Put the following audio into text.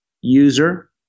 user